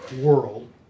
world